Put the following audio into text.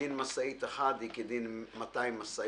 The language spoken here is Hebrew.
דין משאית אחת היא כדין 200 משאיות